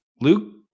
Luke